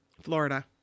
Florida